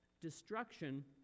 destruction